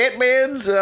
Ant-Man's